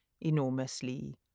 Enormously